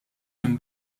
minn